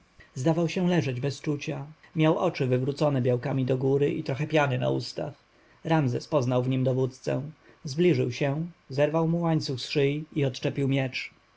zdawał się leżeć bez czucia miał oczy wywrócone białkami do góry i trochę piany w ustach ramzes poznał w nim dowódcę zbliżył się zerwał mu łańcuch z szyi i odczepił